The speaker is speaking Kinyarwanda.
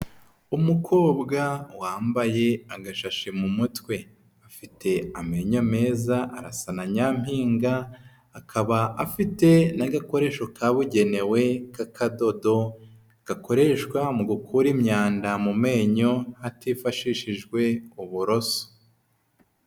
Umukobwa wambaye agashashi mu mutwe afite amenyo meza arasa na nyampinga, akaba afite n'agakoresho kabugenewe k'akadodo gakoreshwa mu gukura imyanda mu menyo hatifashishijwe uburoso.